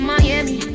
Miami